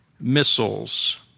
missiles